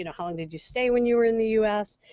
and how long did you stay when you were in the u s?